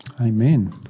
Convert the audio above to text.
Amen